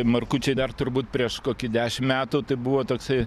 markučiai dar turbūt prieš kokį dešim metų tai buvo toksai